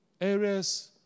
areas